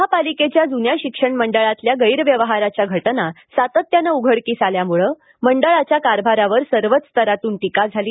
महापालिकेच्या जुन्या शिक्षण मंडळातल्या गैरव्यवहाराच्या घटना सातत्यानं उघडकीस आल्यामुळं मंडळाच्या कारभारावर सर्वच स्तरांतून टीका झाली